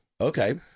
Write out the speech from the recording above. Okay